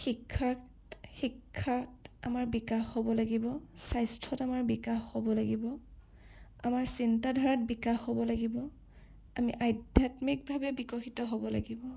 শিক্ষাৰ শিক্ষাত আমাৰ বিকাশ হ'ব লাগিব স্বাস্থ্যত আমাৰ বিকাশ হ'ব লাগিব আমাৰ চিন্তাধাৰাত বিকাশ হ'ব লাগিব আমি আধ্যাত্মিকভাৱে বিকশিত হ'ব লাগিব